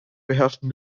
beherrschen